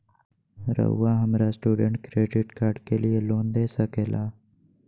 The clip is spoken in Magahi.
रहुआ हमरा स्टूडेंट क्रेडिट कार्ड के लिए लोन दे सके ला?